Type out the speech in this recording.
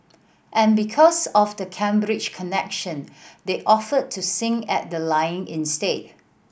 and because of the Cambridge connection they offered to sing at the lying in state